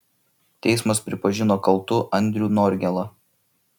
teismas pripažino kaltu andrių norgėlą